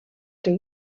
den